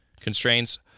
constraints